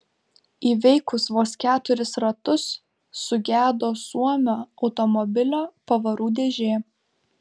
įveikus vos keturis ratus sugedo suomio automobilio pavarų dėžė